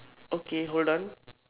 okay hold on